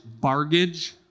bargage